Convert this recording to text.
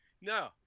No